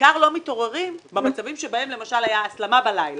ובעיקר לא מתעוררים במצבים בהם למשל הייתה הסלמה בלילה